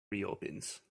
reopens